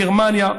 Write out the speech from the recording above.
גרמניה,